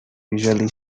usually